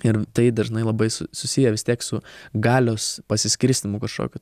ir tai dažnai labai su susiję tiek su galios pasiskirstymu kažkokiu